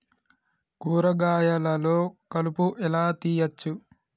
కూరగాయలలో కలుపు ఎలా తీయచ్చు?